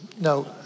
no